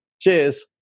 cheers